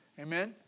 Amen